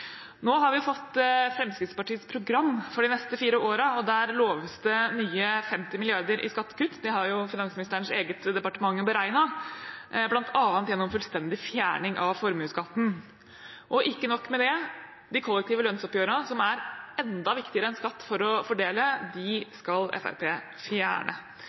Nå har vi fått Fremskrittspartiets program for de neste fire årene, og der loves det nye 50 milliarder i skattekutt, det har finansministerens eget departement beregnet, bl.a. gjennom fullstendig fjerning av formuesskatten. Og ikke nok med det: De kollektive lønnsoppgjørene, som er enda viktigere enn skatt for å fordele, de skal Fremskrittspartiet fjerne.